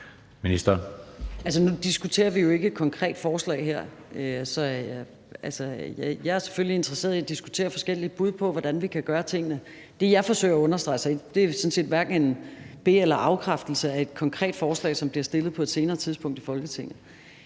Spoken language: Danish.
Nu diskuterer vi jo ikke et konkret forslag her. Jeg er selvfølgelig interesseret i at diskutere forskellige bud på, hvordan vi kan gøre tingene. Det, jeg forsøger at understrege, er, at jeg ikke kan sige, hvordan vi forholder os til et konkret forslag, som bliver stillet på et senere tidspunkt i Folketinget.